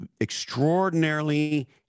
extraordinarily